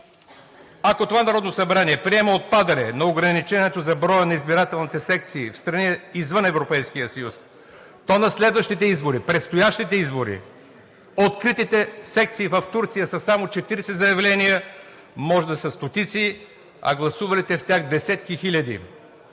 Ако това Народно събрание приеме отпадане на ограничението за броя на избирателните секции в страни, извън Европейския съюз, то на следващите избори, предстоящите избори, откритите секции в Турция – са само 40 заявления, може да са стотици, а гласувалите в тях десетки хиляди!